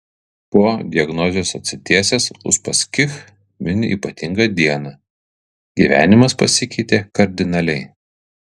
po diagnozės atsitiesęs uspaskich mini ypatingą dieną gyvenimas pasikeitė kardinaliai